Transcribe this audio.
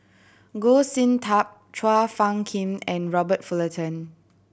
Goh Sin Tub Chua Phung Kim and Robert Fullerton